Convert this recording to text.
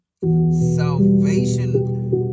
Salvation